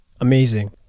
Amazing